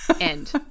End